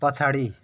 पछाडि